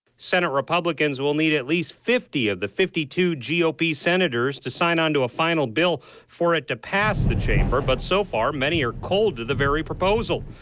senate republicans will need at least fifty of the fifty two g o p. senators to sign onto a final bill for it to pass the chamber. but so far many are cold to the very proposal.